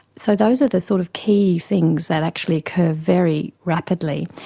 so those are the sort of key things that actually occur very rapidly.